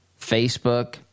facebook